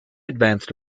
advanced